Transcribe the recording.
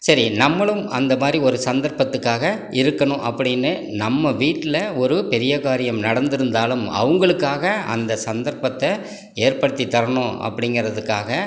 சரி நம்மளும் அந்த மாதிரி ஒரு சந்தர்ப்பத்துக்காக இருக்கணும் அப்படின்னு நம் வீட்டில் ஒரு பெரிய காரியம் நடந்துருந்தாலும் அவங்களுக்காக அந்த சந்தர்ப்பத்தை ஏற்படுத்தி தரணும் அப்படிங்கறதுக்காக